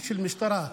של משטרה.